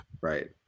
Right